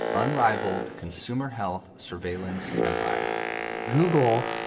unrivaled consumer health surveillance empire google,